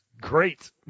great